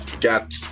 got